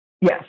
Yes